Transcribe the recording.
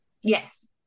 Yes